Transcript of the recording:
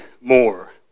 more